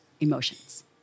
emotions